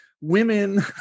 women